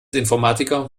informatiker